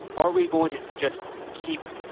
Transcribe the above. are we going to just keep.